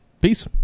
peace